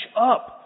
up